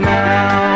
now